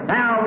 Now